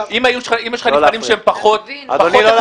אם יש לך נבחנים שהם פחות איכותיים,